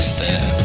Step